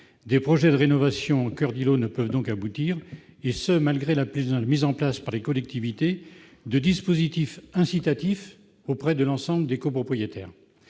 Des projets de rénovation en coeur d'îlot ne peuvent donc aboutir, et ce malgré la mise en place par les collectivités de dispositifs incitatifs auprès des copropriétaires.